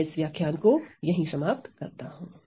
मैं इस व्याख्यान को यहीं समाप्त करता हूं